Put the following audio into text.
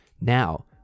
Now